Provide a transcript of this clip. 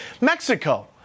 Mexico